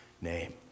name